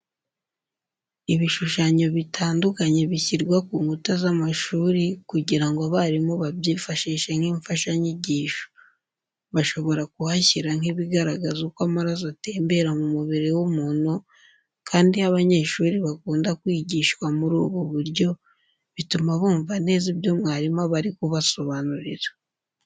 Ibishushanyo bitandukanye bishyirwa ku nkuta z'amashuri kugira ngo abarimu babyifashishe nk'imfashanyigisho. Bashobora kuhashyira nk'ibigaragaza uko amaraso atembera mu mubiri w'umuntu kandi iyo abanyeshuri bakunda kwigishwa muri ubu buryo, bituma bumva neza ibyo mwarimu aba ari kubasobanurira.